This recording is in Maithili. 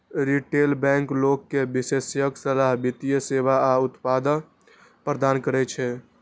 रिटेल बैंक लोग कें विशेषज्ञ सलाह, वित्तीय सेवा आ उत्पाद प्रदान करै छै